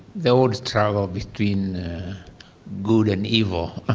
roads traveled between good and evil.